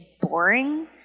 boring